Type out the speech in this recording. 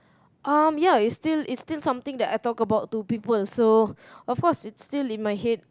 um ya it's still it's still something that I talk about to people so of course it's still in my head